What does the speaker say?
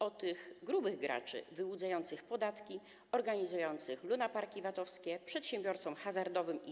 O tych grubych graczy wyłudzających podatki, organizujących lunaparki VAT-owskie, przedsiębiorców hazardowych i